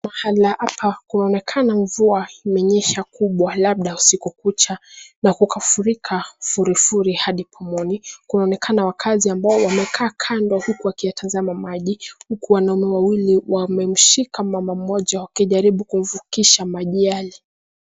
Mahala hapa kunaonekana mvua imenyesha kubwa labda usiku kucha na kukafurika furifuri hadi pomoni. Kunaonekana wakaazi ambao wamekaa kando huku wakiyatazama maji huku wanaume wawili wamemshika mama mmoja wakijaribu kumvukisha maji yale.